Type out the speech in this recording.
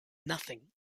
nothing